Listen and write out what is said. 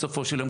בסופו של דבר,